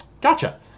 Gotcha